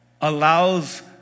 allows